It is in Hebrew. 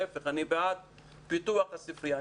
להפך, אני בעד פיתוח הספרייה.